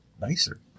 nicer